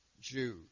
Jew